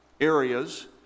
areas